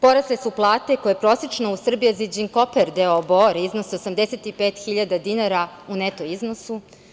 Porasle su plate koje prosečno u „Serbia Zijin Bor Corper“ doo Bor iznose 85.000 dinara u neto iznosu.